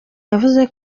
yavuze